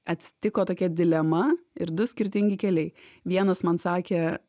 atsitiko tokia dilema ir du skirtingi keliai vienas man sakė